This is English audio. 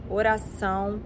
oração